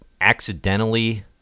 accidentally